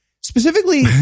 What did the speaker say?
specifically